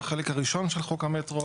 החלק הראשון של חוק המטרו,